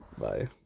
bye